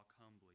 humbly